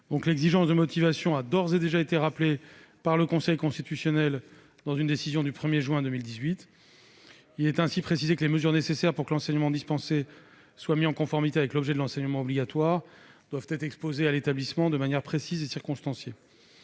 L'exigence de motivation a d'ores et déjà été rappelée par le Conseil constitutionnel dans une décision du 1 juin 2018. Il est ainsi précisé que les mesures nécessaires pour que l'enseignement dispensé soit mis en conformité avec l'objet de l'enseignement obligatoire doivent être exposées à l'établissement de manière précise et circonstanciée.